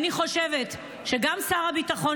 אני חושבת ששר הביטחון,